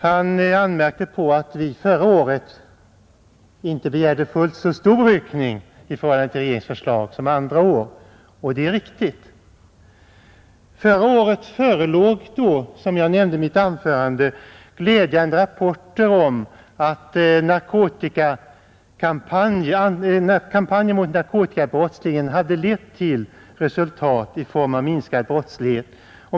Han anmärkte på att vi förra året inte begärde fullt så stor ökning i förhållande till regeringens förslag som andra år, och det är riktigt. Förra året förelåg, som jag nämnde i mitt tidigare anförande, glädjande rapporter om att kampanjen mot narkotikabrottsligheten hade lett till resultat i form av minskat antal brott.